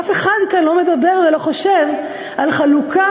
ואף אחד כאן לא מדבר ולא חושב על חלוקה